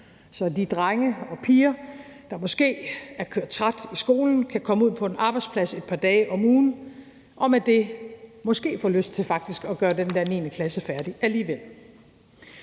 så de drenge og piger, der måske er kørt træt i skolen, kan komme ud på en arbejdsplads et par dage om ugen og med det måske også få lyst til faktisk at gøre den der 9. klasse færdig alligevel.